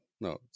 No